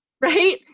Right